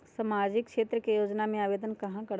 सामाजिक क्षेत्र के योजना में आवेदन कहाँ करवे?